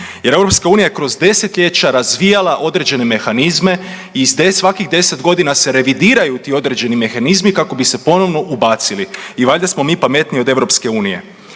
Jer EU je kroz desetljeća razvijala određene mehanizme i svakih 10 godina se revidiraju ti određeni mehanizmi kako bi se ponovno ubacili. I valjda smo mi pametniji od EU.